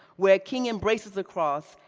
where king embraces the cross,